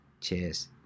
Cheers